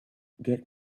get